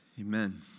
Amen